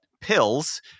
pills